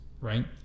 right